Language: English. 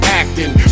acting